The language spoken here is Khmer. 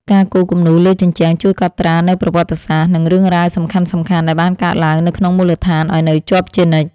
ការគូរគំនូរលើជញ្ជាំងជួយកត់ត្រានូវប្រវត្តិសាស្ត្រ និងរឿងរ៉ាវសំខាន់ៗដែលបានកើតឡើងនៅក្នុងមូលដ្ឋានឱ្យនៅជាប់ជានិច្ច។